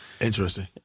Interesting